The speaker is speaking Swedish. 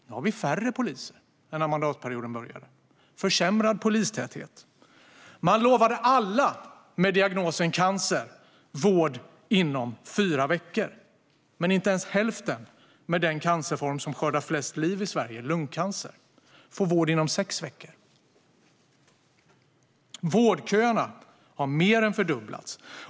Nu har vi färre poliser än när mandatperioden började - försämrad polistäthet. Man lovade alla med diagnosen cancer vård inom fyra veckor. Men inte ens hälften med den cancerform som skördar flest liv i Sverige, lungcancer, får vård inom sex veckor. Vårdköerna har mer än fördubblats.